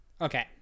okay